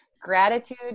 gratitude